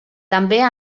també